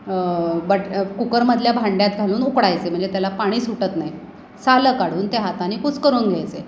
but कुकरमधल्या भांड्यात घालून उकडायचे म्हणजे त्याला पाणी सुटत नाही सालं काढून ते हाताने कुस्करून घ्यायचे